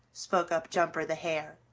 spoke up jumper the hare.